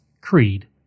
creed